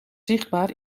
zichtbaar